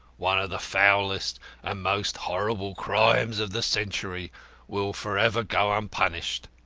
one of the foulest and most horrible crimes of the century will for ever go unpunished.